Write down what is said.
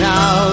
Now